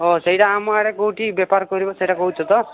ହଁ ସେଇଟା ଆମ ଆଡ଼େ କେଉଁଠି ବେପାର କରିବ ସେଇଟା କହୁଛ ତ